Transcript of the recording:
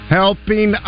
helping